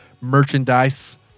merchandise